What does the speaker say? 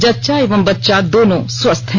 जच्चा एवं बच्चा दोनों स्वस्थ है